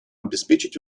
обеспечить